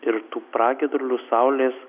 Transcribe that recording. ir tų pragiedrulių saulės